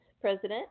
president